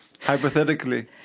hypothetically